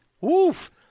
Woof